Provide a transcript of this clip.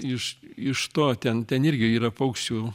iš iš to ten ten irgi yra paukščių